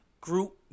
group